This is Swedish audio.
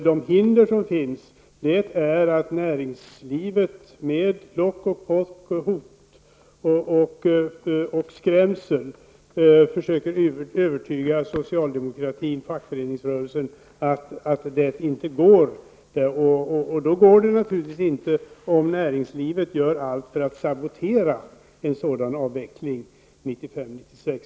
De hinder som finns är att näringslivet med lock och pock och hot och skrämsel försöker övertyga socialdemokratin och fackföreningsrörelsen att det inte går. Och då går det naturligtvis inte, om näringslivet gör allt för att sabotera en sådan avveckling 1995/96.